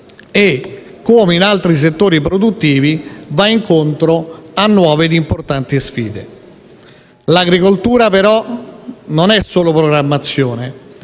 e, come altri settori produttivi, va incontro a nuove e importanti sfide. L'agricoltura, però, non è solo programmazione;